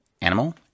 Animal